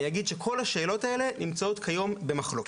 כל השאלות האלה נמצאות כיום במחלוקת.